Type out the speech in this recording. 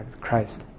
Christ